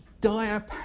dire